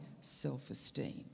self-esteem